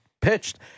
pitched